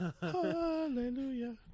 Hallelujah